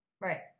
Right